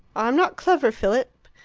i'm not clever, philip.